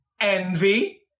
envy